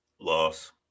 Loss